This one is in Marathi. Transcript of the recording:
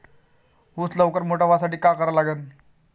ऊस लवकर मोठा व्हासाठी का करा लागन?